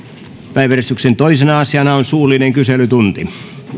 päiväjärjestyksen toisena asiana on suullinen kyselytunti